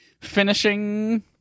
finishing